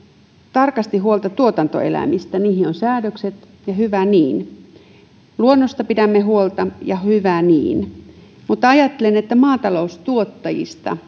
tarkasti huolta tuotantoeläimistä ja siihen on säädökset ja hyvä niin luonnosta pidämme huolta ja hyvä niin mutta ajattelen että maataloustuottajista